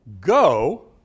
Go